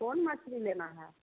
कोन मछली लेना है